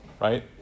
right